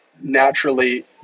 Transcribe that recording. naturally